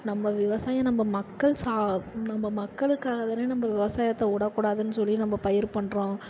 நம்ப விவசாயம் நம்ப மக்கள் சா நம்ப மக்களுக்காக தானே நம்ம விவசாயத்தை விடக்கூடாதுன்னு சொல்லி நம்ப பயிர் பண்ணுறோம்